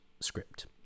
script